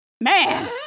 Man